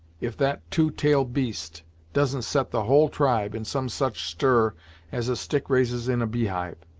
if that two tail'd beast doesn't set the whole tribe in some such stir as a stick raises in a beehive!